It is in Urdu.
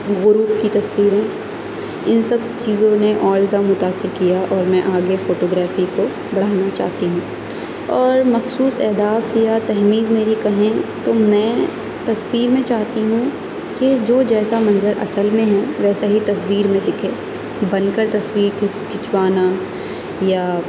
غروب کی تصویریں ان سب چیزوں نے اور زیادہ متاثر کیا اور میں آگے فوٹوگرافی کو بڑھانا چاہتی ہوں اور مخصوص اہداف کیا تہمیز میری کہیں تو میں تصویر میں چاہتی ہوں کہ جو جیسا منظر اصل میں ہے ویسا ہی تصویر میں دکھے بن کر تصویر کھنچوانا یا